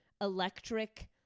electric